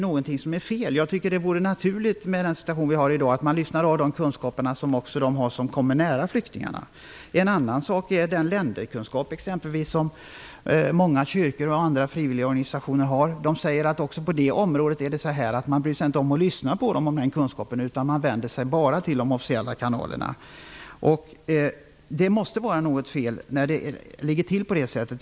Jag tycker att det vore naturligt att man lyssnar på de kunskaper som de människor har som kommer nära flyktingarna, med den situation vi har i dag. En annan sak är den länderkunskap som många kyrkor och andra frivilligorganisationer har. De säger att det är likadant på det området. Man bryr sig inte om att lyssna på dem och deras kunskaper. Man vänder sig bara till de officiella kanalerna. Det måste vara något fel när det ligger till så.